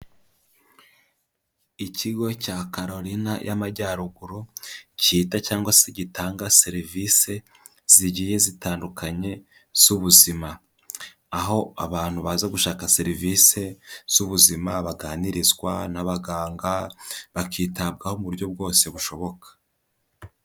Ikigo cya Carolina y'amajyaruguru cyita cyangwa se gitanga serivisi zigiye zitandukanye z'ubuzima. Aho abantu baza gushaka serivisi z'ubuzima baganirizwa n'abaganga, bakitabwaho mu buryo bwose bushoboka.